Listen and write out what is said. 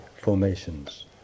formations